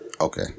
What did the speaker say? Okay